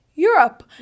Europe